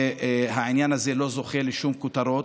והעניין הזה לא זוכה לשום כותרות.